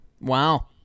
wow